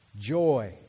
joy